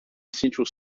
central